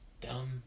dumb